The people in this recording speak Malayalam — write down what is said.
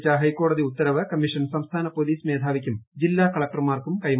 ഇതു സംബന്ധിച്ച ഹൈക്കോടതി ഉത്തരവ് കമ്മീഷൻ സംസ്ഥാന പോ ലീസ് മേധാവിക്കും ജില്ലാ കളക്ടർമാർക്കും കൈമാറി